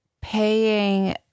paying